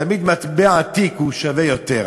תמיד מטבע עתיק שווה יותר,